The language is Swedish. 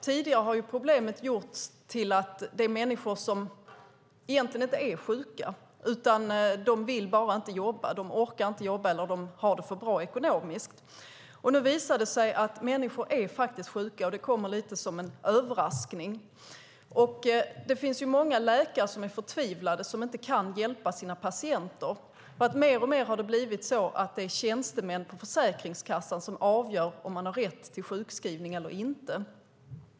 Tidigare har problemet gjorts till att det är människor som egentligen inte är sjuka, utan de vill bara inte jobba. De orkar inte jobba, eller de har det för bra ekonomiskt. Nu visar det sig att människor faktiskt är sjuka. Det kommer lite som en överraskning. Det finns många läkare som är förtvivlade och som inte kan hjälpa sina patienter. Det har alltmer blivit så att det är tjänstemän på Försäkringskassan som avgör om man har rätt till sjukskrivning eller inte.